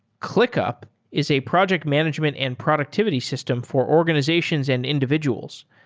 clickup is a project management and productivity system for organizations and individuals.